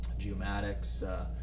geomatics